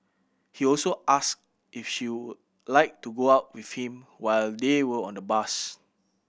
he also asked if she would like to go out with him while they were on the bus